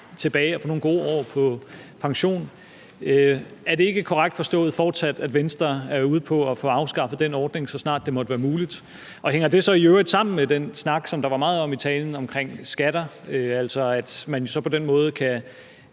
tilbage og få nogle gode år på pension. Er det ikke korrekt forstået, at Venstre fortsat er ude på at få afskaffet den ordning, så snart det måtte være muligt? Og hænger det så i øvrigt sammen med den snak omkring skatter, som der var meget om i talen, altså at man så på den måde kan